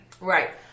Right